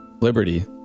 liberty